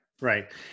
right